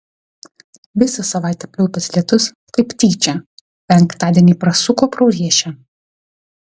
visą savaitę pliaupęs lietus kaip tyčia penktadienį prasuko pro riešę